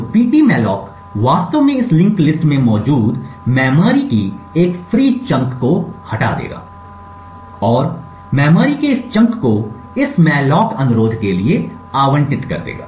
तो पीटीमेलाक वास्तव में इस लिंक्ड लिस्ट में मौजूद मेमोरी की एक फ्री चंक को हटा देगा और मेमोरी के इस chunk को इस मेलाक अनुरोध के लिए आवंटित करेगा